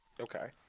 Okay